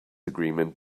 agreement